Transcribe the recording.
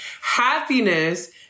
happiness